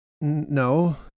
No